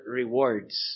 rewards